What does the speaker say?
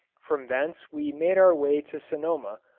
from thence we made our way to sonoma,